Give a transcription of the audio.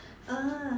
uh